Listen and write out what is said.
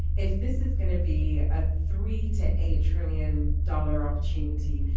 if this is going to be a three to eight trillion dollar opportunity,